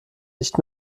nicht